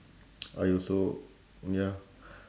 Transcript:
I also ya